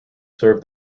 serve